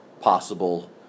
possible